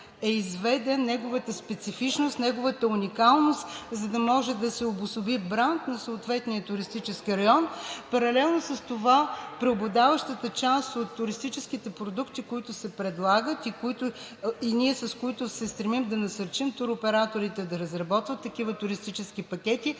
е изведен – неговата специфичност, неговата уникалност, за да може да се обособи бранд на съответния туристически район. Паралелно с това, преобладаващата част от туристическите продукти, които се предлагат и с които ние се стремим да насърчим туроператорите да разработват такива туристически пакети,